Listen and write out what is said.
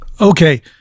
okay